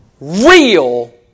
real